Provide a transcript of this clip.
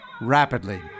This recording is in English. rapidly